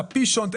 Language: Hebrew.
צ'פישונט,